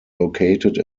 located